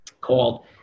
called